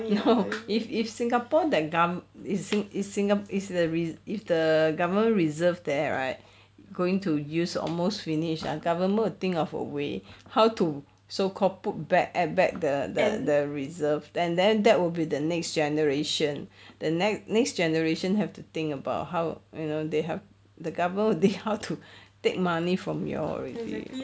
ppo if if singapore the gov~ if if singapore is is the government reserves there right going to use almost finish our government will think of a way how to so called put back add back the the reserve and then that would be the next generation the next next generation have to think about how you know they have the they how to take money from you all already